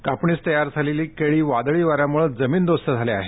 कापणीस तयार असलेल्या केळी वादळी वाऱ्यामुळे जमीनदोस्त झाल्या आहेत